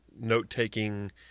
note-taking